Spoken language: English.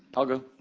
i'll go.